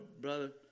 Brother